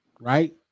right